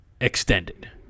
extended